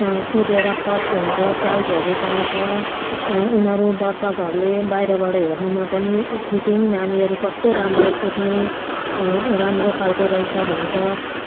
कुदेर फर्स्ट हुन्छ प्राइजहरू पाउँछ उनीहरू दर्शकहरूले बाहिरबाट हेर्नुमा पनि यी फिटिङ नानीहरू कस्तो राम्रो कुद्ने राम्रो खालको रहेछ भन्छ